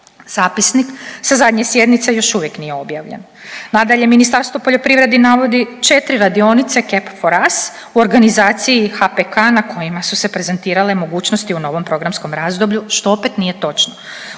Zapisnik sa zadnje sjednice još uvijek nije objavljen. Nadalje, Ministarstvo poljoprivrede navodi 4 radionice … u organizaciji … u kojima su se prezentirale mogućnosti u novom programskom razdoblju što opet nije točno.